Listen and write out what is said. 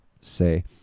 say